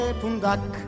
pundak